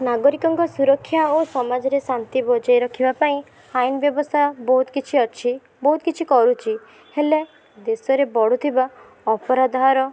ନାଗରିକଙ୍କ ସୁରକ୍ଷା ଓ ସମାଜରେ ଶାନ୍ତି ବଜାୟ ରଖିବା ପାଇଁ ଆଇନ ବ୍ୟବସ୍ଥା ବହୁତ କିଛି ଅଛି ବହୁତ କିଛି କରୁଛି ହେଲେ ଦେଶରେ ବଢ଼ୁଥିବା ଅପରାଧ ହାର